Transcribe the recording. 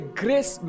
grace